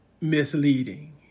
misleading